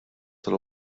tal